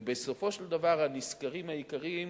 ובסופו של דבר, הנשכרים העיקריים